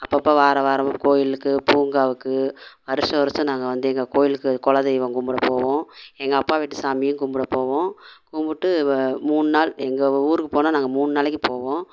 அப்பப்போ வாரம் வாரம் கோயிலுக்கும் பூங்காவுக்கும் வருடவருடம் நாங்கள் வந்து எங்கள் கோயிலுக்கும் குல தெய்வம் கும்பிட போவோம் எங்கள் அப்பா வீட்டு சாமியும் கும்பிடப் போவோம் கும்பிட்டு மூணு நாள் எங்கள் ஊருக்கும் போனால் நாங்கள் மூணு நாளைக்கும் போவோம்